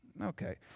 Okay